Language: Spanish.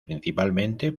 principalmente